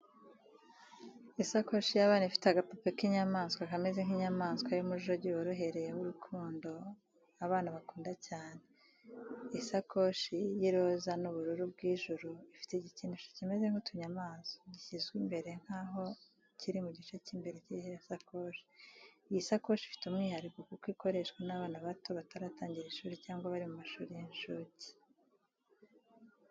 Isakoshi y’abana ifite agapupe k’inyamaswa kameze nk’inyamanswa ya umujogi worohereye w’urukundo abana bakunda cyane. Isakoshi y'iroza n'ubururu bw’ijuru ifite igikinisho kimeze nk’utunyamaswa (gishyizwe imbere nk'aho kiri mu gice cy’imbere cy’iyo sakoshi. Iyi sakoshi ifite umwihariko kuko ikoreshwa n’abana bato bataratangira ishuri cyangwa bari mu mashuri y’inshuke.